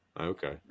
Okay